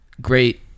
great